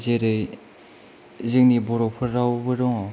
जेरै जोंनि बर' फोरावबो दङ'